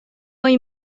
های